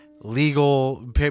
legal